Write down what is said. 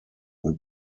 who